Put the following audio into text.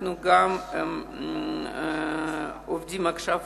אנחנו גם עובדים עכשיו